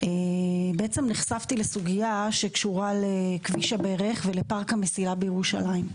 בעצם נחשפתי לסוגיה שקשורה לכביש הברך ולפארק המסילה בירושלים.